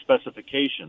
specifications